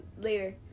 Later